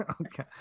okay